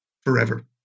forever